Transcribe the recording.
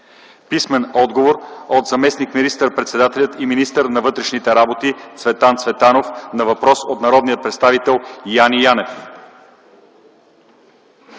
Писмен отговор от заместник министър-председателя и министър на вътрешните работи Цветан Цветанов на въпрос от народния представител Яне Янев.